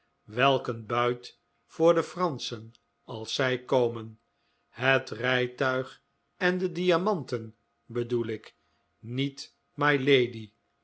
een buit voor de franschen als zij komen het rijtuig en de diamanten bedoel ik niet